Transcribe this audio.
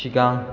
सिगां